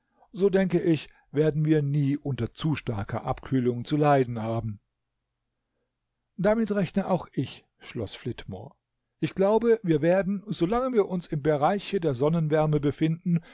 so denke ich werden wir nie unter zu starker abkühlung zu leiden haben damit rechne auch ich schloß flitmore ich glaube wir werden solange wir uns im bereiche der sonnenwärme befinden